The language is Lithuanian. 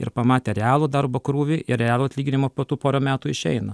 ir pamatę realų darbo krūvį ir realų atlyginimą po tų porą metų išeina